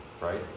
right